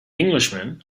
englishman